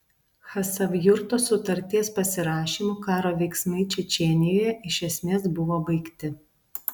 chasavjurto sutarties pasirašymu karo veiksmai čečėnijoje iš esmės buvo baigti